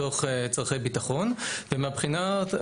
וצריך לחשוב מבחינת חקיקה איך עושים את